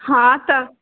हँ तऽ